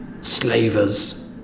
Slavers